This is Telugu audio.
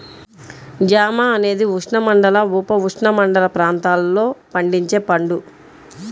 జామ అనేది ఉష్ణమండల, ఉపఉష్ణమండల ప్రాంతాలలో పండించే పండు